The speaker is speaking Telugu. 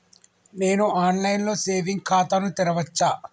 నేను ఆన్ లైన్ లో సేవింగ్ ఖాతా ను తెరవచ్చా?